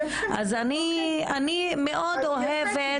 אז אני מאוד אוהבת.